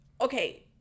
Okay